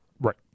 Right